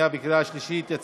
בקריאה שנייה וקריאה שלישית.